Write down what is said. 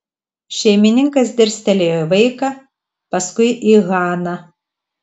šeimininkas dirstelėjo į vaiką paskui į haną